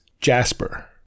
Jasper